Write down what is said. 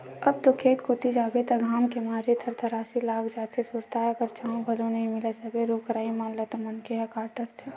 अब तो खेत कोती जाबे त घाम के मारे थरथरासी लाग जाथे, सुरताय बर छांव घलो नइ मिलय सबे रुख राई मन ल तो मनखे मन ह काट डरथे